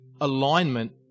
alignment